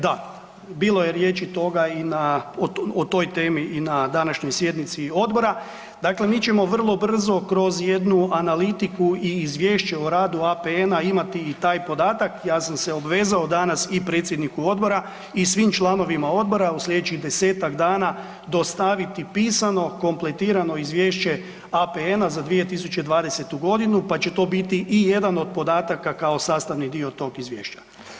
Da, bilo je riječi o toj temi i na današnjoj sjednici odbora, dakle mi ćemo vrlo brzo kroz jednu analitiku i izvješće o radu APN-a imati i taj podatak, ja sam se obvezao danas i predsjedniku odbora i svim članovima odbora u sljedećih desetak dana dostaviti pisano, kompletirano izvješće APN-a za 2020.g. pa će to biti i jedan od podataka kao sastavni dio tog izvješća.